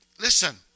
Listen